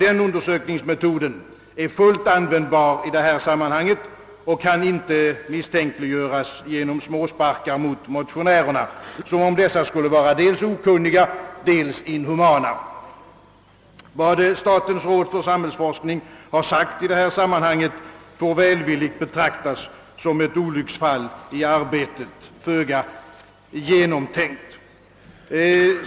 Den metoden är fullt användbar i detta sammanhang och kan inte misstänkliggöras genom småsparkar mot motionärerna, som om dessa skulle vara dels okunniga, dels inhumana. Vad statens råd för samhällsforskning har sagt i detta sammahang får välvilligt betraktas som ett olycksfall i arbetet, och i varje fall är det föga genomtänkt.